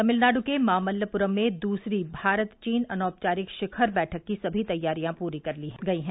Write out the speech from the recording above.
तमिलनाड् के मामल्लपुरम में दूसरी भारत चीन अनौपचारिक शिखर बैठक की सभी तैयारियां पूरी कर ली गई है